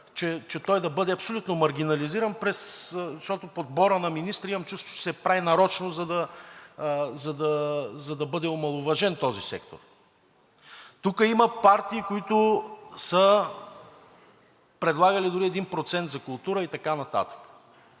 че той да бъде абсолютно маргинализиран, защото подборът на министри имам чувството, че се прави нарочно, за да бъде омаловажен този сектор. Тук има партии, които са предлагали дори и 1% за култура и така нататък.